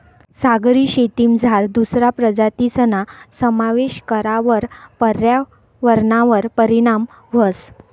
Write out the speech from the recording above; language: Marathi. सागरी शेतीमझार दुसरा प्रजातीसना समावेश करावर पर्यावरणवर परीणाम व्हस